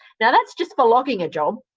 now, that's just for logging a job.